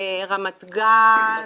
רמת גן.